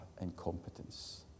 incompetence